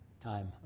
time